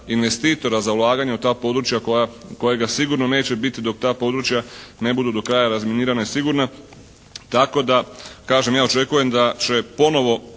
za ulaganje u ta područja kojega sigurno neće biti dok ta područja ne budu do kraja razminirana i sigurna tako da kažem ja očekujem da će ponovo